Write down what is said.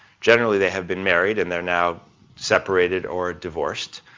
generally they have been married and they're now separated or divorced.